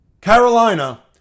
Carolina